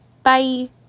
Bye